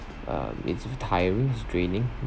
um it's of tiring it's draining